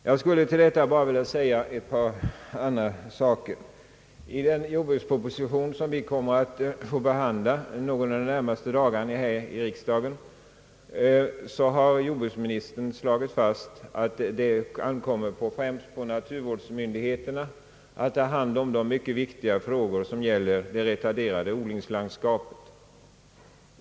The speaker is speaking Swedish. Jag skulle till detta vilja foga ytterligare ett par ord. I den jordbruksproposition som vi kommer att få behandla här i riksdagen någon av de närmaste dagarna har jordbruksministern slagit fast, att det främst ankommer på naturvårdsmyndigheterna att ta hand om de mycket viktiga frågor som gäller det retarderade odlingslandskapet.